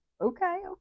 Okay